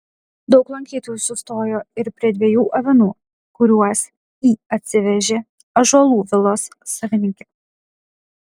daug lankytojų sustojo ir prie dviejų avinų kuriuos į atsivežė ąžuolų vilos savininkė